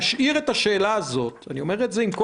להשאיר את השאלה הזאת אני אומר את זה עם כל